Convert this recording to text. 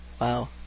Wow